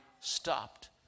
stopped